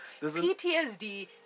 PTSD